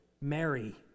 Mary